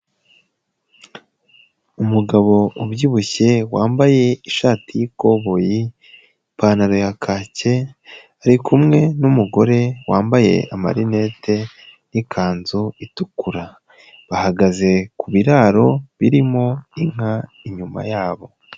Umugabo ubyibushye wambaye ishati y'ikoboyi ipantaro ya kake, arikumwe n'umugore wambaye amarinete, n'ikanzu itukura, bahagaze ku biraro birimo inka, inyuma yabo.